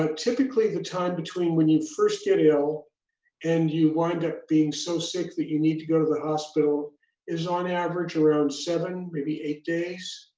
ah typically the time between when you first get ill and you wind up being so sick that you need to go to the hospital is on average around seven, maybe eight days,